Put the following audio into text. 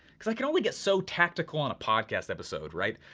because i can only get so tactical on a podcast episode, right?